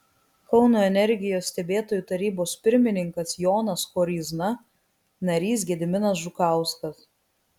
kauno energijos stebėtojų tarybos pirmininkas jonas koryzna narys gediminas žukauskas